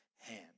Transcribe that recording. hand